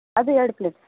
ಅದು ಎರಡು ಪ್ಲೇಟ್